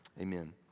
Amen